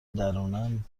درونن